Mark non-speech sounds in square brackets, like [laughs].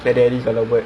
[laughs]